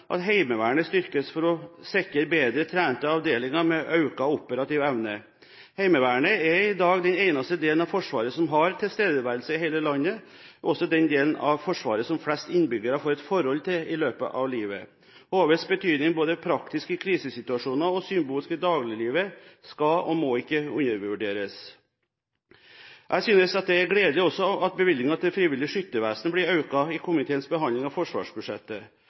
at Heimevernet styrkes for å sikre bedre trente avdelinger med økt operativ evne. Heimevernet er i dag den eneste delen av Forsvaret som har tilstedeværelse i hele landet, og er også den delen av Forsvaret som flest innbyggere får et forhold til i løpet av livet. HVs betydning, både praktisk i krisesituasjoner og symbolsk i dagliglivet, skal og må ikke undervurderes. Jeg synes det er gledelig at også bevilgningen til Det frivillige Skyttervesen blir økt i komiteens behandling av forsvarsbudsjettet.